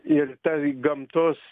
ir ta gamtos